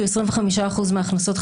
שהוא 25% מההכנסות,